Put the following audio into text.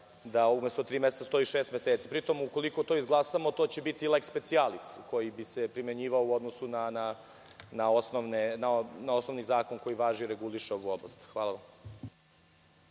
da umesto tri meseca stoji šest meseci. Pri tome ako to izglasamo to će biti lex specialis koji bi se primenjivao u odnosu na osnovni zakon koji važi i reguliše ovu oblast. Hvala.